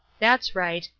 that's right.